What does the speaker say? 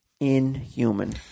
inhuman